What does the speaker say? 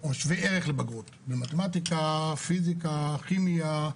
או שווה ערך לבגרות, במתמטיקה, פיזיקה, כימיה,